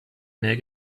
mehr